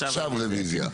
רביזיה.